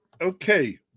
okay